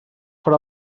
farà